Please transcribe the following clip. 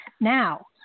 Now